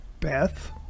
Beth